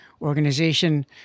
organization